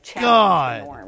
God